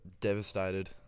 Devastated